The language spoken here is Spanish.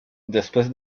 después